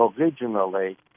originally